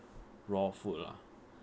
raw food lah